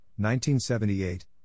1978